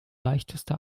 leichteste